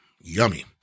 yummy